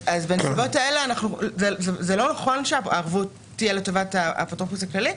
לכן זה לא נכון שהערבות תהיה לטובת האפוטרופוס הכללי,